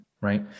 Right